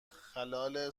خلال